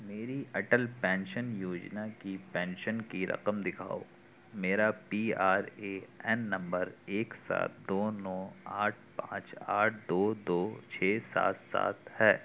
میری اٹل پینشن یوجنا کی پینشن کی رقم دکھاؤ میرا پی آر اے این نمبر ایک سات دو نو آٹھ پانچ آٹھ دو دو چھ سات سات ہے